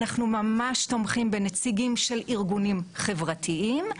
אנחנו ממש תומכים בנציגים של ארגונים חברתיים,